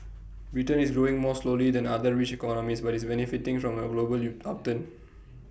Britain is growing more slowly than other rich economies but is benefiting from A global upturn